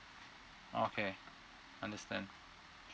okay understand